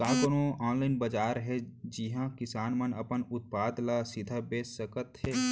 का कोनो अनलाइन बाजार हे जिहा किसान मन अपन उत्पाद ला सीधा बेच सकत हे?